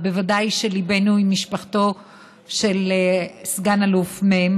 ובוודאי שליבנו עם משפחתו של סגן אלוף מ',